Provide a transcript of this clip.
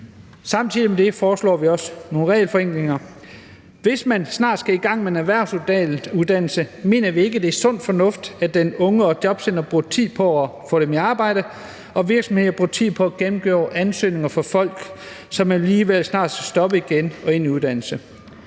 Samtidig med det foreslår vi også nogle regelforenklinger. Hvis man snart skal i gang med en erhvervsuddannelse, mener vi ikke, det er sund fornuft, at den unge og jobcenteret bruger tid på at få den unge i arbejde, og at virksomheder bruger tid på at gennemgå ansøgninger fra folk, som alligevel snart skal stoppe igen og ind i uddannelse.